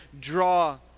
draw